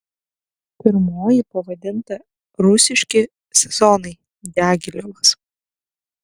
pirmoji pavadinta rusiški sezonai diagilevas